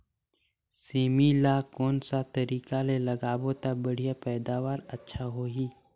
सेमी ला कोन सा तरीका ले लगाबो ता बढ़िया पैदावार अच्छा होही?